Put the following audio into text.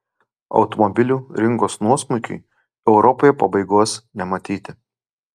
automobilių rinkos nuosmukiui europoje pabaigos nematyti